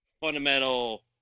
fundamental